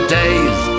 days